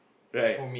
right